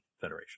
Federation